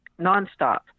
nonstop